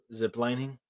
Ziplining